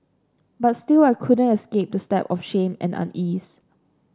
but still I couldn't escape the stab of shame and unease